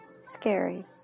scary